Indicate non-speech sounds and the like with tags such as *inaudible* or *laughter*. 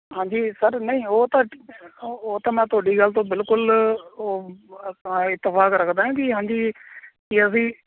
ਹਾਂਜੀ ਸਰ ਨਹੀਂ ਉਹ ਤਾਂ *unintelligible* ਓ ਉਹ ਤਾਂ ਮੈਂ ਤੁਹਾਡੀ ਗੱਲ ਤੋਂ ਬਿਲਕੁਲ ਉਹ ਇਤਫਾਕ ਰੱਖਦਾ ਹਾਂ ਕਿ ਹਾਂਜੀ ਕਿ ਅਸੀਂ